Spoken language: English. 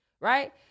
right